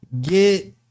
get